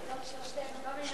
לא, שלושתנו, גם עינת וילף.